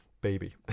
baby